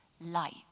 light